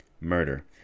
Murder